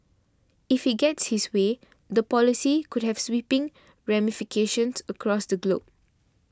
if he gets his way the policy could have sweeping ramifications across the globe